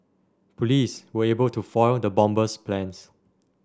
police were able to foil the bomber's plans